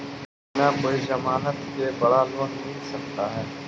बिना कोई जमानत के बड़ा लोन मिल सकता है?